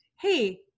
Hey